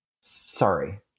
Sorry